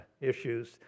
issues